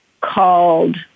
called